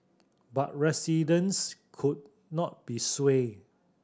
but residents could not be swayed